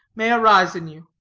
may arise in you.